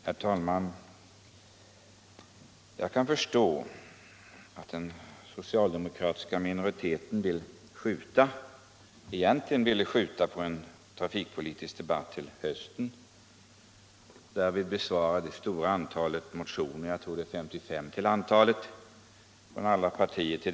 Herr talman! Jag kan förstå att den socialdemokratiska minoriteten Trafikpolitiken Trafikpolitiken egentligen ville skjuta på en trafikpolitisk debatt till hösten och därvid besvara det stora antalet motioner — jag tror det är 55 — från alla partier.